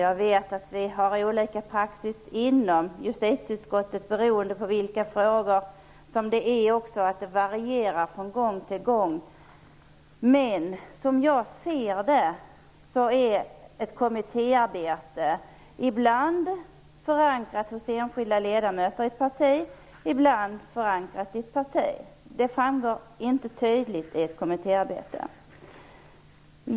Jag vet att vi har olika praxis inom justitieutskottet beroende på vilka frågor som behandlas, och att det varierar från gång till gång. Men som jag ser det är ett kommittéarbete ibland förankrat hos enskilda ledamöter i ett parti, ibland förankrat i ett parti. Det framgår inte tydligt i ett kommittéarbete.